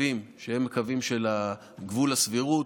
קווים שהם קווים של גבול הסבירות,